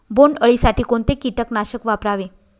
बोंडअळी साठी कोणते किटकनाशक वापरावे?